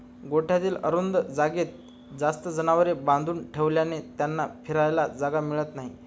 गोठ्यातील अरुंद जागेत जास्त जनावरे बांधून ठेवल्याने त्यांना फिरायला जागा मिळत नाही